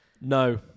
No